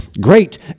great